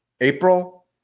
April